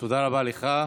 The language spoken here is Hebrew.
תודה רבה לך.